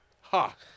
Ha